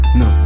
no